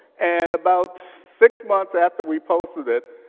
and about six months after we posted it,